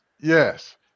yes